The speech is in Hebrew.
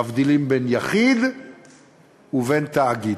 מבדילים בין יחיד ובין תאגיד.